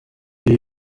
ibi